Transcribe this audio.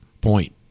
point